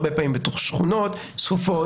הרבה פעמים בתוך שכונות צפופות,